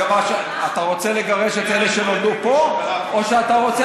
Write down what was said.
אתה רוצה לגרש את אלה שנולדו פה או שאתה רוצה